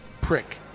prick